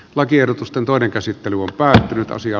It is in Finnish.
lakiehdotusten toinen käsittely uhkaa nyt asia